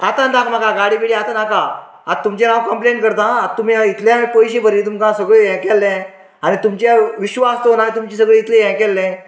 आतां आन नाका म्हाका गाडी बीडी आतां नाका आतां तुमचेर हांव कंप्लेन करतां आता तुमी इतले पयशें भरी तुमका सगळे हे केले आनी तुमचेर विश्वास दवरून सगळे हे केल्ले